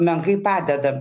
menkai padeda